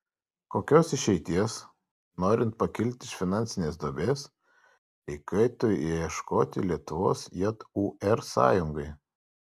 kokios išeities norint pakilti iš finansinės duobės reikėtų ieškoti lietuvos jūr sąjungai